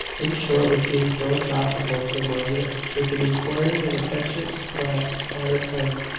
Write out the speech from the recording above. in short, with being philosophical, said margaret, with an inquiring and affectionate glance at her friend.